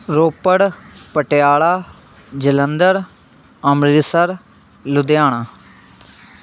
Ropar Patiala Jalandhar Amritsar Ludhiana